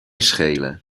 schelen